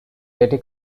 betty